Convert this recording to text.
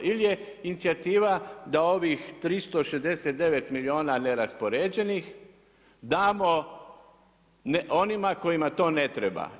Ili je inicijativa da ovih 369 milijuna neraspoređeni damo onima kojima to ne treba.